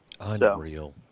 Unreal